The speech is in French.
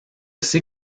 sais